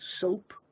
soap